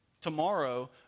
Tomorrow